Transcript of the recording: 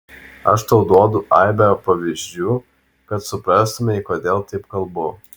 aš tau duodu aibę pavyzdžių kad suprastumei kodėl taip kalbu